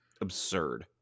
absurd